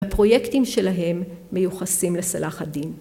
הפרויקטים שלהם מיוחסים לצלאח אל-דין.